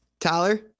Tyler